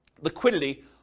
liquidity